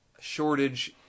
shortage